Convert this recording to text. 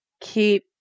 keep